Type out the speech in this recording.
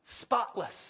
spotless